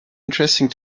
interesting